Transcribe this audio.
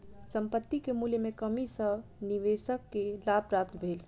संपत्ति के मूल्य में कमी सॅ निवेशक के लाभ प्राप्त भेल